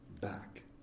back